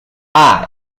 aye